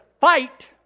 fight